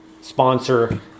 sponsor